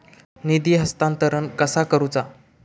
निधी हस्तांतरण कसा करुचा?